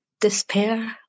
despair